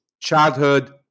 childhood